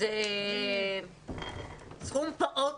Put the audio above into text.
זה סכום פעוט.